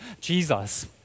Jesus